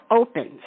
opens